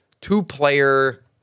two-player